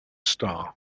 star